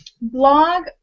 Blog